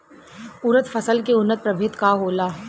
उरद फसल के उन्नत प्रभेद का होला?